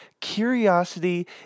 Curiosity